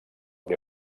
que